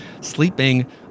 sleeping